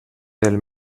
del